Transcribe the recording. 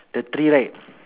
the tree right